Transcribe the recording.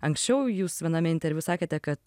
anksčiau jūs viename interviu sakėte kad